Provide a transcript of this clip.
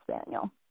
spaniel